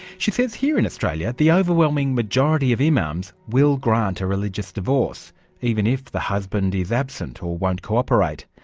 she says here in australia the overwhelming majority of imams will grant a religious divorce even if the husband is absent or won't cooperate.